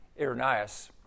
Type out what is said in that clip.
Irenaeus